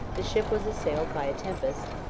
the ship was assailed by a tempest,